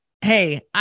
hey